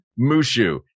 Mushu